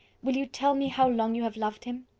will you tell me how long you have loved him?